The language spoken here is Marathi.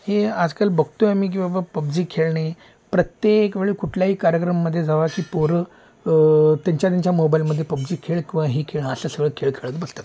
हे आजकाल बघतोय आम्ही की बाबा पबजी खेळणे प्रत्येक वेळी कुठल्याही कार्यक्रममध्ये जा ती पोरं त्यांच्या त्यांच्या मोबाईलमध्ये पबजी खेळ किंवा ही खेळ असं सगळे खेळ खेळत बसतात